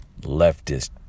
leftist